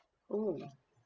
oh